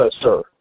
sir